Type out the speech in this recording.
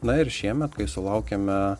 na ir šiemet kai sulaukėme